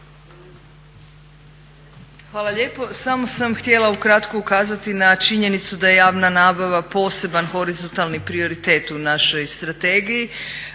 vam lijepo. Samo sam htjela ukratko ukazati na činjenicu da je javna nabava poseban horizontalni prioritet u našoj strategiji